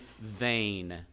vain